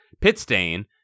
Pitstain